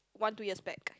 one two years back